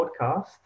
podcast